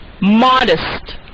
modest